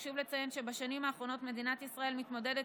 חשוב לציין שבשנים האחרונות מדינת ישראל מתמודדת